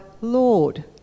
Lord